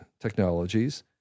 technologies